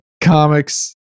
comics